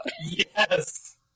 Yes